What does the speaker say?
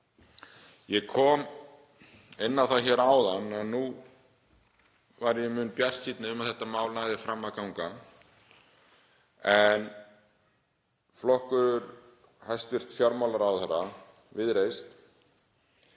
Ég kom inn á það hér áðan að nú væri ég mun bjartsýnni á að þetta mál næði fram að ganga því að flokkur hæstv. fjármálaráðherra, Viðreisn,